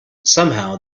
somehow